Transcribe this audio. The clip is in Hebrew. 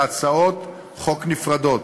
להצעות חוק נפרדות,